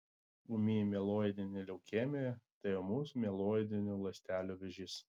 ūmi mieloidinė leukemija tai ūmus mieloidinių ląstelių vėžys